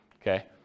Okay